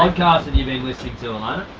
podcast have you been listening to, elayna?